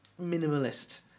minimalist